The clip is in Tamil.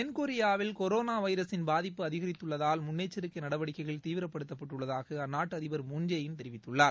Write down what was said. தென்கொரியாவில் கொரோனா வைரஸின் பாதிப்பு அதிகரித்துள்ளதால் முன்னெச்சரிக்கை நடவடிக்கைகள் தீவிரப்படுத்தப்பட்டுள்ளதாக அந்நாட்டு அதிபர் திரு மூன் ஜே இன் தெரிவித்துள்ளார்